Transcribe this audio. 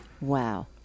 Wow